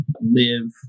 live